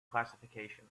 classification